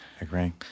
Agree